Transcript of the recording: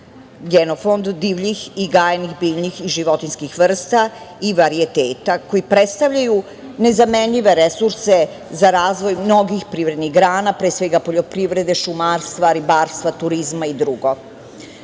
genofond divljih i gajenih biljnih i životinjskih vrsta i varijeteta koji predstavljaju nezamenljive resurse za razvoj mnogih privrednih grana, pre svega poljoprivrede, šumarstva, ribarstva, turzima i